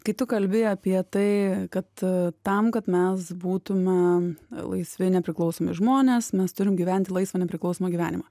kai tu kalbi apie tai kad tam kad mes būtumėm laisvi nepriklausomi žmonės mes turim gyventi laisvą nepriklausomą gyvenimą